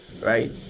right